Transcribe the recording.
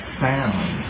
sound